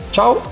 Ciao